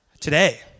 Today